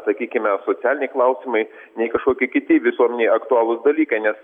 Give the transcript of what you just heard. sakykime socialiniai klausimai nei kažkokie kiti visuomenei aktualūs dalykai nes